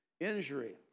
injury